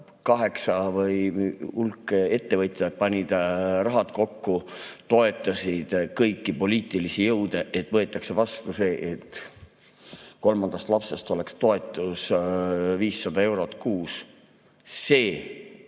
kaheksa või hulk ettevõtjaid pani rahad kokku, toetas kõiki poliitilisi jõude, et võetaks vastu see, et kolmandast lapsest alates oleks toetus 500 eurot kuus. See